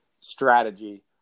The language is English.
strategy